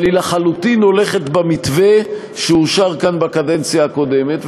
אבל היא לחלוטין הולכת במתווה שאושר כאן בקדנציה הקודמת,